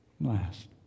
Last